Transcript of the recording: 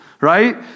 right